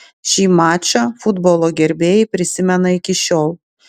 šį mačą futbolo gerbėjai prisimena iki šiol